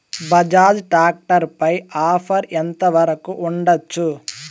Bajaj tractor పై offer ఎంత వరకు ఉండచ్చు?